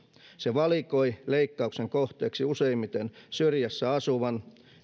valikoi leikkauksen kohteeksi useimmiten syrjässä asuvan